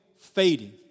fading